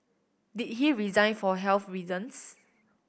did he resign for health reasons